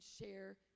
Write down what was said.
share